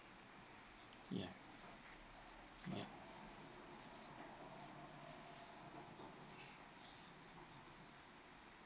ya ya